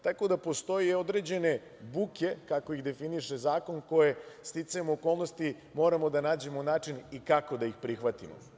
Tako da postoje određene buke, kako ih definiše zakon koje sticajem okolnosti moramo da nađemo način i kako da ih prihvatimo.